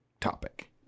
topic